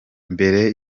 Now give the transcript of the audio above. mbere